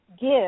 give